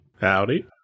Howdy